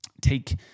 take